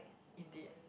indeed